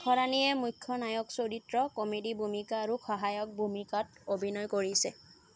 সৰানীয়ে মুখ্য নায়ক চৰিত্ৰ কমেডি ভূমিকা আৰু সহায়ক ভূমিকাত অভিনয় কৰিছে